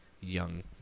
young